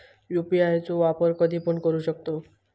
UPI चो वापर कधीपण करू शकतव?